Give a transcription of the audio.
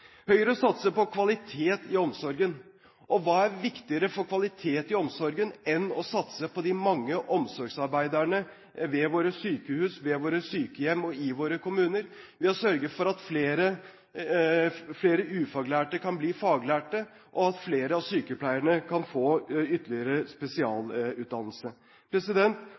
Høyre satser på kvalitet i omsorgen. Og hva er viktigere for kvalitet i omsorgen enn å satse på de mange omsorgsarbeiderne ved våre sykehus, ved våre sykehjem og i våre kommuner gjennom å sørge for at flere ufaglærte kan bli faglærte, og at flere av sykepleierne kan få ytterligere spesialutdannelse?